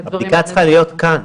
הבדיקה צריכה להיות כאן,